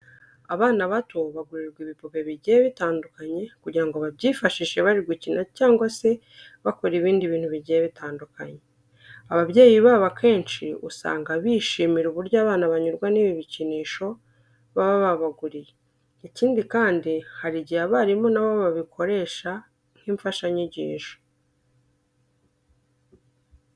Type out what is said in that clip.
Abana bato bagurirwa ibipupe bigiye bitandukanye kugira ngo babyifashishe bari gukina cyangwa se bakora ibindi bintu bigiye bitandukanye. Ababyeyi babo akenshi usanga bishimira uburyo abana banyurwa n'ibi bikinisho baba babaguriye. Ikindi kandi, hari igihe abarimu na bo babikoresha nk'imfashanyigisho.